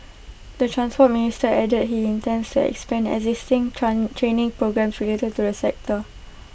the Transport Minister added he intends expand existing training programmes related to the sector